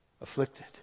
Afflicted